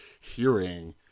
hearing